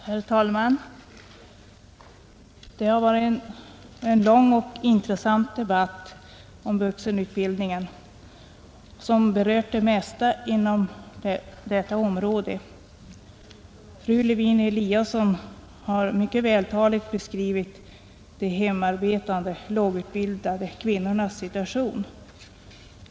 Herr talman! Det har varit en lång och intressant debatt om vuxenutbildningen som berört det mesta inom detta område. Fru Lewén-Eliasson har mycket vältaligt beskrivit de hemarbetande, lågutbildade kvinnornas situation.